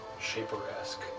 Shaper-esque